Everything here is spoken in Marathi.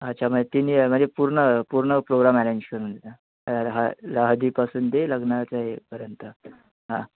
अच्छा म्हणजे तीनही म्हये पूर्ण पूर्ण प्रोग्राम अरेंज करून दिला तर हळ हळदीपासून ते लग्नाच्या हेपर्यंत हां